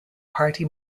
party